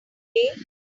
day